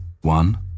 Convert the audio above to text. One